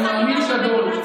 אני מאמין גדול,